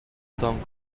song